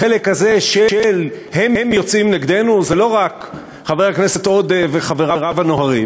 החלק הזה של "הם יוצאים נגדנו" זה לא רק חבר הכנסת עודה וחבריו הנוהרים,